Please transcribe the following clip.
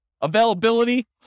Availability